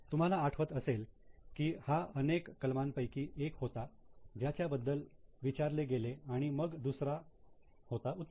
तुम्हाला आठवत असेल की हा अनेक कलमा पैकी एक होता ज्याच्याबद्दल विचारले गेले आणि मग दुसरा होता उत्पन्न